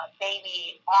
baby